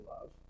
love